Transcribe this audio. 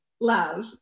Love